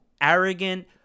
arrogant